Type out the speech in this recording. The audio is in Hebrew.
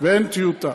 ואין טיוטה.